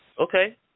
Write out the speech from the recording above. Okay